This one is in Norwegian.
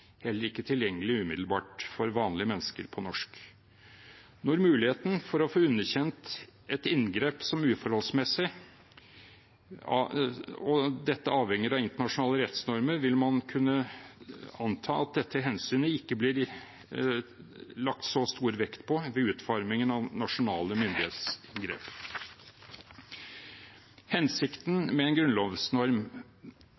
heller ikke umiddelbart tilgjengelige for vanlige mennesker på norsk. Når muligheten for å få underkjent et inngrep som uforholdsmessig, og dette avhenger av internasjonale rettsnormer, vil man kunne anta at dette hensynet ikke blir tillagt så stor vekt ved utformingen av nasjonale myndighetsinngrep. Hensikten